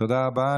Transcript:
תודה רבה.